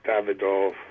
Davidoff